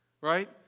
right